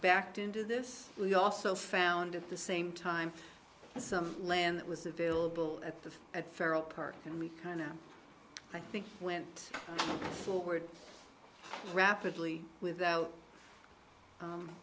backed into this we also found at the same time some land that was available at the federal park and we kind of i think went forward rapidly without